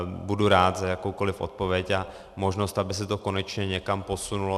Budu rád za jakoukoliv odpověď a možnost, aby se to konečně někam posunulo.